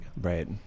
Right